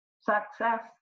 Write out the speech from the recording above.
success